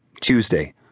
Tuesday